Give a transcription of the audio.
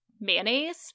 mayonnaise